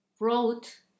wrote